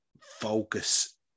focus